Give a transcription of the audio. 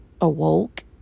Awoke